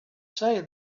say